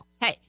hey